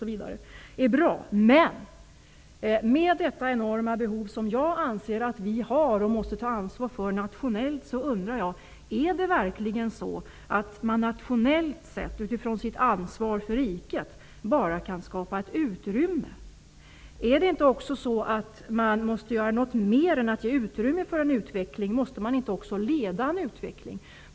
Jag anser dock att vi har ett enormt behov, som vi måste ta ansvar för nationellt. Är det verkligen så att man utifrån sitt ansvar för riket bara kan skapa ett utrymme för utveckling? Måste man inte göra något mera än att ge utrymme för en utveckling? Måste man inte också leda utvecklingen?